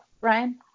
Ryan